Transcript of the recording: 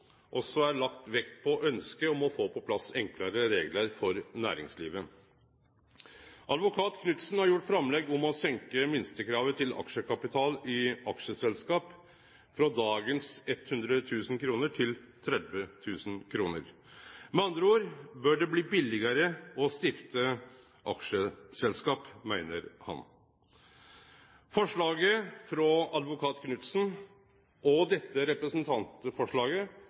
også er lagt vekt på ønsket om å få på plass enklare reglar for næringslivet. Advokat Knudsen har gjort framlegg om å senke minstekravet til aksjekapital i aksjeselskap frå dagens 100 000 kr til 30 000 kr. Med andre ord bør det bli billegare å stifte aksjeselskap, meiner han. Forslaget frå advokat Knudsen, og dette representantforslaget